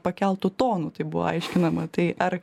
pakeltu tonu tai buvo aiškinama tai ar